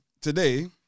today